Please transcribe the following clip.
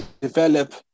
develop